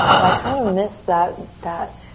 but i kind of miss that, that,